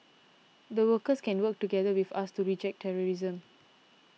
the workers can work together with us to reject terrorism